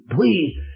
please